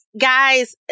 guys